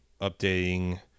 updating